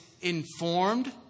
informed